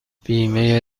بیمه